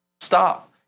Stop